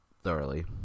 thoroughly